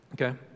okay